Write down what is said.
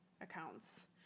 accounts